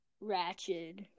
Ratchet